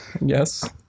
Yes